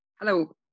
Hello